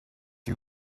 you